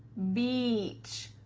beach,